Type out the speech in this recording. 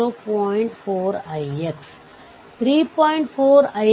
ಪಡೆಯಲು ಸ್ವತಂತ್ರ ಮೂಲಗಳನ್ನು ಆಫ್ ಮಾಡಬೇಕು